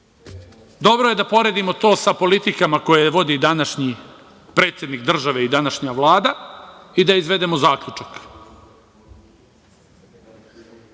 je da poredimo to sa politikama koje vodi današnji predsednik države i današnja Vlada i da izvedemo zaključak.